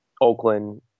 oakland